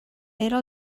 era